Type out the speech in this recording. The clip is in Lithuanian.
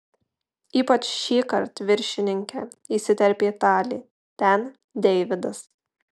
ypač šįkart viršininke įsiterpė talė ten deividas